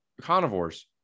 carnivores